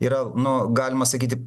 yra nu galima sakyti